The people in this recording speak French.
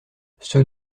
ceux